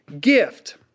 gift